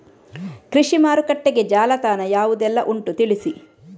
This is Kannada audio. ಕೃಷಿ ಮಾರುಕಟ್ಟೆಗೆ ಜಾಲತಾಣ ಯಾವುದೆಲ್ಲ ಉಂಟು ತಿಳಿಸಿ